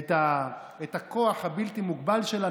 את הכוח הבלתי-מוגבל שלה,